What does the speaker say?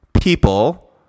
people